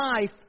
life